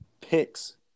picks